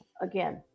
again